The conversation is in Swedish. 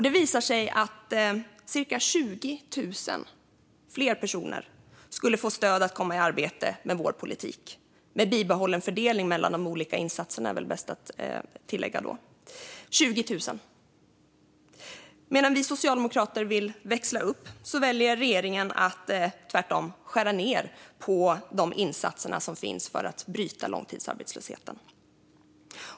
Det visar sig att cirka 20 000 fler skulle få stöd att komma i arbete med vår politik - med bibehållen fördelning mellan de olika insatserna, är väl bäst att tillägga. Medan vi socialdemokrater vill växla upp väljer regeringen att tvärtom skära ned på de insatser som finns för att bryta långtidsarbetslösheten.